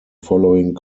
following